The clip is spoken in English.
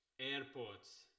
Airports